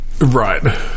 Right